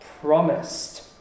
promised